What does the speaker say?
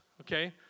Okay